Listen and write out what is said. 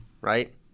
Right